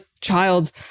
child